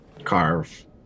carve